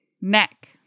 neck